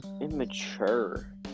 immature